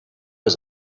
was